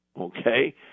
okay